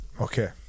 Okay